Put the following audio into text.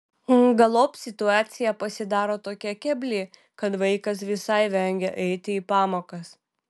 galop situacija pasidaro tokia kebli kad vaikas visai vengia eiti į pamokas